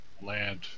land